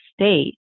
state